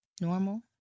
normal